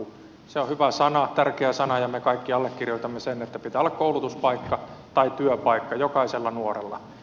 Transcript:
se on hyvä sana tärkeä sana ja me kaikki allekirjoitamme sen että pitää olla koulutuspaikka tai työpaikka jokaisella nuorella